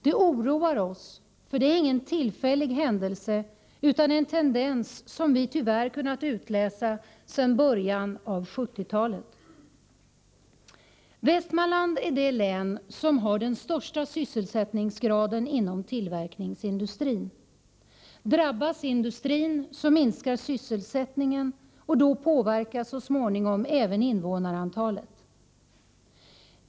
Det oroar oss, för det är ingen tillfällig händelse, utan en tendens som vi tyvärr har kunnat utläsa sedan början av 1970-talet. Västmanland är det län som har den största sysselsättningsgraden inom tillverkningsindustrin. Drabbas industrin, så minskar sysselsättningen, och då påverkas så småningom även invånarantalet.